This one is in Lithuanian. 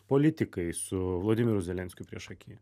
politikai su vladimiru zelenskiu priešaky